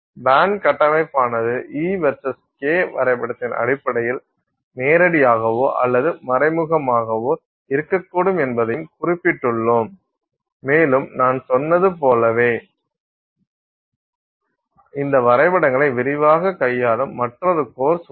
pant கட்டமைப்பானது E versus K வரைபடத்தின் அடிப்படையில் நேரடியாகவோ அல்லது மறைமுகமாகவோ இருக்கக்கூடும் என்பதையும் குறிப்பிட்டுள்ளோம் மேலும் நான் சொன்னது போலவே இந்த வரைபடங்களை விரிவாக கையாளும் மற்றொரு கோர்ஸ் உள்ளது